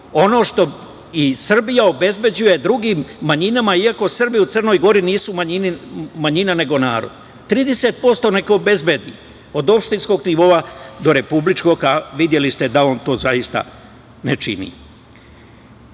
ono što i Srbija obezbeđuje drugim manjinama, iako Srbi u Crnoj Gori nisu manjina nego narod. Neka obezbede 30%, od opštinskog nivoa do republičkog, a videli ste da on to zaista ne